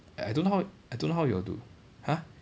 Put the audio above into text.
I don't know how I don't how you all do !huh!